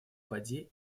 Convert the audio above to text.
воде